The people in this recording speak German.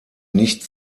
nicht